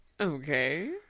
Okay